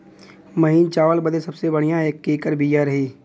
महीन चावल बदे सबसे बढ़िया केकर बिया रही?